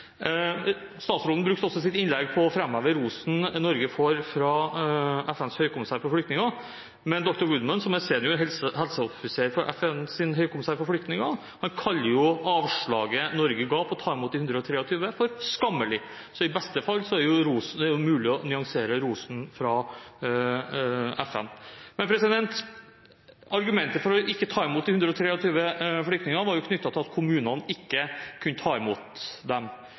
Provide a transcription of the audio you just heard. Statsråden brukte også sitt innlegg på å framheve rosen Norge får fra FNs høykommissær for flyktninger, men dr. Woodman, som er senior helseoffiser for FNs høykommissær for flyktninger, kaller avslaget Norge ga med tanke på å ta imot de 123, for skammelig. I beste fall er det mulig å nyansere rosen fra FN. Argumentet for ikke å ta imot de 123 flyktningene var knyttet til at kommunene ikke kunne ta imot dem.